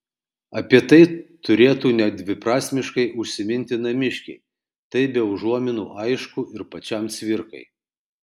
apie tai turėtų nedviprasmiškai užsiminti namiškiai tai be užuominų aišku ir pačiam cvirkai